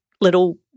little